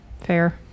fair